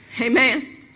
Amen